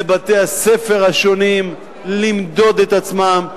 לבתי-הספר השונים למדוד את עצמם,